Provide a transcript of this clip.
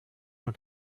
und